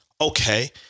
Okay